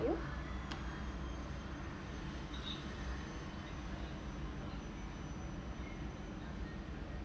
you